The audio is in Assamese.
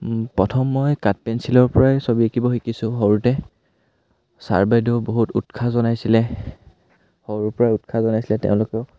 প্ৰথম মই কাঠ পেঞ্চিলৰ পৰাই ছবি আঁকিব শিকিছোঁ সৰুতে ছাৰ বাইদেউ বহুত উৎসাহ জনাইছিলে সৰুৰ পৰাই উৎসাহ জনাইছিলে তেওঁলোকেও